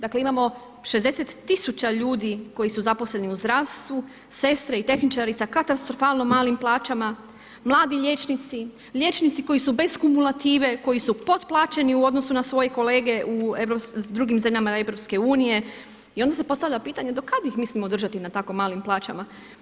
Dakle imamo 60 000 ljudi koji su zaposleni u zdravstvu, sestre i tehničari sa katastrofalno malim plaćama, mladi liječnici, liječnici koji su bez kumulative, koji su potplaćeni u odnosu na svoje kolege u drugim zemljama EU i onda se postavlja pitanje do kad ih mislimo držati na tako malim plaćama?